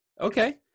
Okay